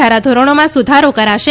ધારાધોરણોમાં સુધારો કરાશે